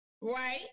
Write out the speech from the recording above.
Right